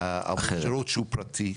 על שירות שהוא פרטי.